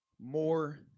More